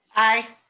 aye.